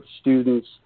students